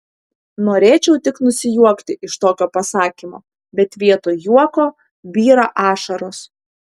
norėčiau tik nusijuokti iš tokio pasakymo bet vietoj juoko byra ašaros